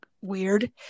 weird